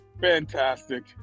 Fantastic